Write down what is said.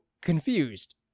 confused